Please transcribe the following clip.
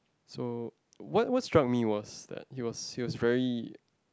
so what what struck me was that he was he was very